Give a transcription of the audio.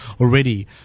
already